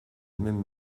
même